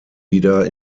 wieder